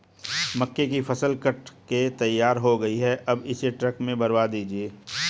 मक्के की फसल कट के तैयार हो गई है अब इसे ट्रक में भरवा दीजिए